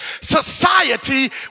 society